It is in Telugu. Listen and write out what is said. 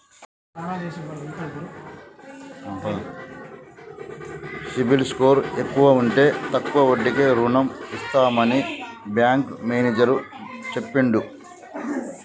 సిబిల్ స్కోర్ ఎక్కువ ఉంటే తక్కువ వడ్డీకే రుణం ఇస్తామని బ్యాంకు మేనేజర్ చెప్పిండు